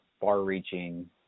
far-reaching